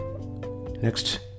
next